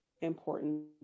important